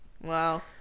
wow